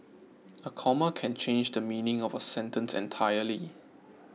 a comma can change the meaning of a sentence entirely